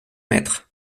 mètres